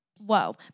Whoa